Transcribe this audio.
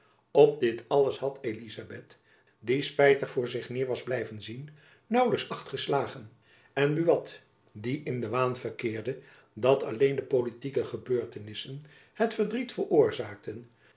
op dit alles had elizabeth die spijtig voor zich neêr was blijven zien naauwelijks acht geslagen en buat die in den waan verkeerde dat alleen de politieke gebeurtenissen het verdriet veroorzaakten